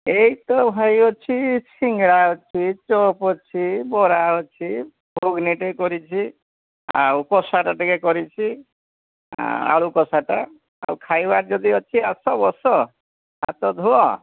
ଏଇ ତ ଭାଇ ଅଛି ସିଙ୍ଗଡ଼ା ଅଛି ଚପ ଅଛି ବରା ଅଛି ଗୁଗୁନିଟିଏ କରିଛି ଆଉ କଷାଟା ଟିକିଏ କରିଛି ଆଳୁ କଷାଟା ଆଉ ଖାଇବାର ଯଦି ଅଛି ଆସ ବସ ହାତ ଧୁଅ